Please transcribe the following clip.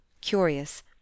curious